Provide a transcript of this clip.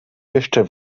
jeszcze